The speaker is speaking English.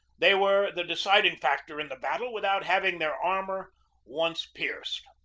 they were the deciding factor in the battle without having their armor once pierced.